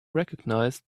recognize